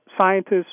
scientists